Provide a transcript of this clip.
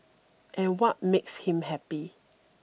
and what makes him happy